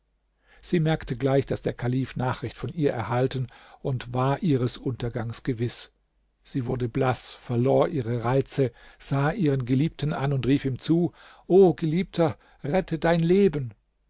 sie merkte gleich daß der kalif nachricht von ihr erhalten und war ihres untergangs gewiß sie wurde blaß verlor ihre reize sah ihren geliebten an und rief ihm zu o mein geliebter rette dein leben